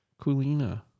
Kulina